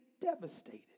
devastated